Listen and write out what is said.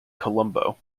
columbo